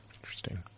interesting